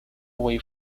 away